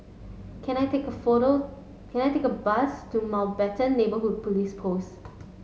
can I take a photo can I take a bus to Mountbatten Neighbourhood Police Post